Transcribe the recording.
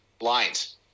lines